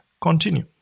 Continue